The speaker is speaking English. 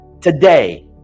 today